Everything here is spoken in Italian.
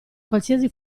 qualsiasi